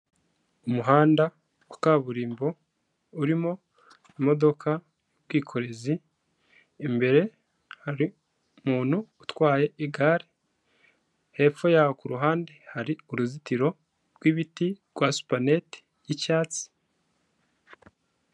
Umuhanda kaburimbo urimo imodoka y'ubwikorezi imbere hari umuntu utwaye igare, hepfo yaho kuruhande hari uruzitiro rwibiti rwa supanete y'icyatsi.